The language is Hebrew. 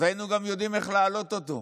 אז היינו גם יודעים גם איך להעלות אותו.